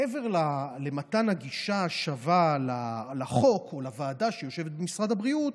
מעבר למתן הגישה השווה לחוק או לוועדה שיושבת במשרד הבריאות,